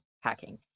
hacking